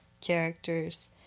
characters